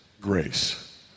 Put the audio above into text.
grace